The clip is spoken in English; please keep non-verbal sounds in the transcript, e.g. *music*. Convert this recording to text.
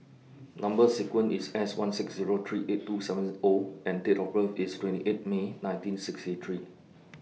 Number sequence IS S one six Zero three eight two seven *unintelligible* O and Date of birth IS twenty eight May nineteen sixty three